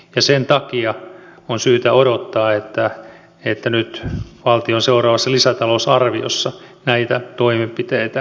ja sen takia on syytä odottaa että nyt valtion seuraavassa lisätalousarviossa näitä toimenpiteitä tulee